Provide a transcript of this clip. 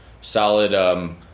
solid